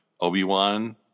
Obi-Wan